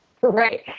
Right